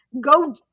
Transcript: go